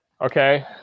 Okay